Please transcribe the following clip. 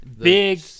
big